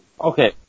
Okay